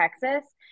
Texas